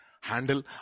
Handle